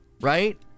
right